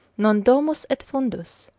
non domus et fundus,